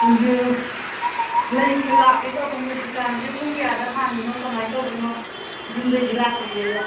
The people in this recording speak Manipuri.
ꯑꯗꯨ ꯂꯩꯒꯦ ꯂꯥꯛꯀꯦ ꯇꯧꯕꯅꯦ ꯗꯨꯀꯥꯟꯁꯤ ꯄꯨꯡ ꯀꯌꯥꯗ ꯍꯥꯡꯏꯅꯣ ꯀꯃꯥꯏ ꯇꯧꯕꯅꯣ ꯌꯨꯝꯗꯩꯗꯤ ꯂꯥꯛꯇ꯭ꯔꯤꯌꯦ